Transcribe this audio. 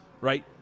right